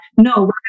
No